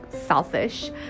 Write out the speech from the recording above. selfish